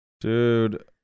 Dude